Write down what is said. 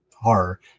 horror